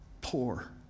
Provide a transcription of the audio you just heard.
poor